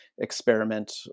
experiment